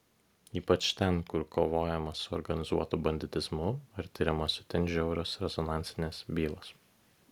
ypač ten kur kovojama su organizuotu banditizmu ar tiriamos itin žiaurios rezonansinės bylos